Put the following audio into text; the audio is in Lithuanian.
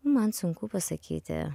man sunku pasakyti